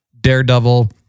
daredevil